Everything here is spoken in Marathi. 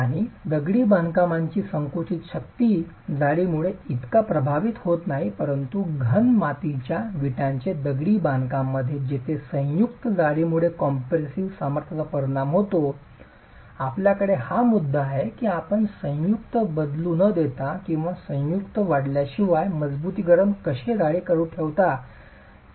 आणि दगडी बांधकामाची संकुचित शक्ती संयुक्त जाडीमुळे इतका प्रभावित होत नाही परंतु घन मातीच्या विटांचे दगडी बांधकाम मध्ये जेथे संयुक्त जाडीमुळे कॉम्प्रेसिव्ह सामर्थ्याचा परिणाम होतो आपल्याकडे हा मुद्दा आहे की आपण संयुक्त बदलू न देता किंवा संयुक्त वाढविल्याशिवाय मजबुतीकरण कसे जाडी ठेवू शकता